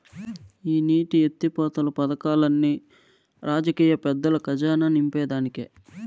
ఈ నీటి ఎత్తిపోతలు పదకాల్లన్ని రాజకీయ పెద్దల కజానా నింపేదానికే